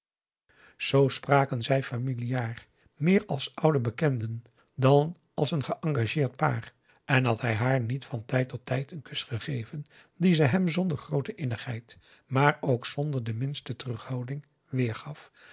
zoo spraken zij familiaar meer als oude bekenden dan als een geëngageerd paar en had hij haar niet van tijd tot tijd een kus gegeven die ze hem zonder groote innigheid maar ook zonder de minste terughouding weergaf